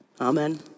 Amen